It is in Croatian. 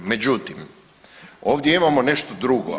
Međutim, ovdje imamo nešto drugo.